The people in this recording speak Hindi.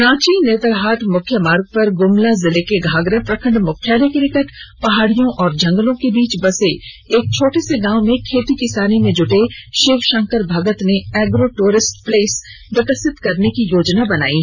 रांची नेतरहाट मुख्य मार्ग पर गुमला जिले के घाघरा प्रखंड मुख्यालय के निकट पहाड़ियों और जंगल के बीच बसे एक छोटे से गांव में खेती किसानी में जुटे शिवशंकर भगत ने एग्रो टूरिस्ट प्लेस विकसित करने की योजना बनायी है